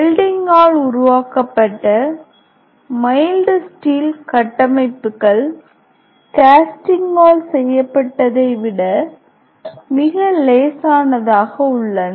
வெல்டிங்கால் உருவாக்கப்பட்ட mild steel கட்டமைப்புகள் கேஸ்டிங்கால் செய்யப்பட்டதை விட மிக லேசானதாக உள்ளன